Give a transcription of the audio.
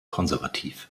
konservativ